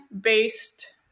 based